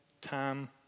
time